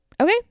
okay